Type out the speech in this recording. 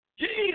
Jesus